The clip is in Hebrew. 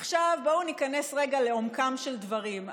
עכשיו, בואו ניכנס רגע לעומקם של דברים.